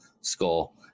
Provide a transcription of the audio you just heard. skull